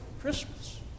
Christmas